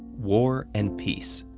war and peace,